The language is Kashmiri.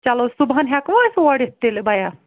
چلو صُبحن ہیٚکوا أسۍ اور یِتھ تیٚلہِ بھیا